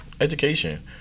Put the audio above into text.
education